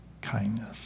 kindness